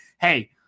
Hey